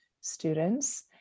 students